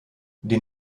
den